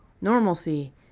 normalcy